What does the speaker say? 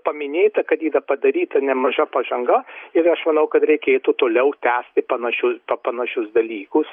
paminėta kad yra padaryta nemaža pažanga ir aš manau kad reikėtų toliau tęsti panašius pa panašius dalykus